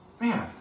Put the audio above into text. Man